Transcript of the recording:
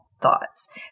thoughts